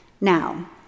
now